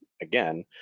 again